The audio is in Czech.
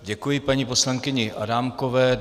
Děkuji paní poslankyni Adámkové.